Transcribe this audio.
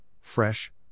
fresh